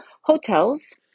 Hotels